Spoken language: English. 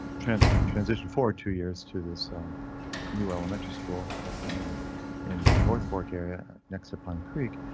transit transition forward two years to this new elementary school yet to be named in the north fork area next to pine creek.